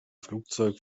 flugzeug